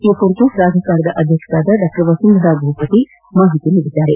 ಈ ಕುರಿತು ಪ್ರಾಧಿಕಾರದ ಅಧ್ಯಕ್ಷೆ ಡಾ ವಸುಂಧರಾ ಭೂಪತಿ ಮಾಹಿತಿ ನೀಡಿದ್ದಾರೆ